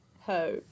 ho